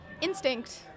instinct